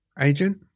Agent